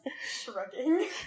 shrugging